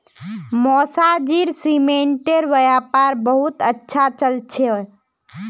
मौसाजीर सीमेंटेर व्यापार बहुत अच्छा चल छ